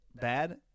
bad